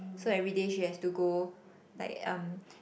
so everyday she has to go like um